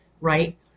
right